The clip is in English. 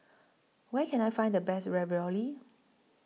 Where Can I Find The Best Ravioli